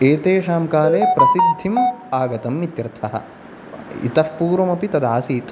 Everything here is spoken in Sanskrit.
एतेषां काले प्रसिद्धिम् आगतम् इत्यर्थः इतः पूर्वम् अपि तद् आसीत्